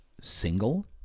single